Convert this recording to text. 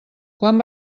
quan